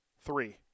Three